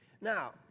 Now